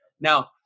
Now